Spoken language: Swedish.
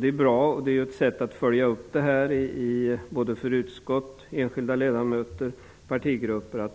Att ta vidare initiativ är ett sätt att följa upp frågan för såväl utskottet som enskilda ledamöter och partigrupper.